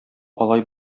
алай